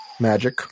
magic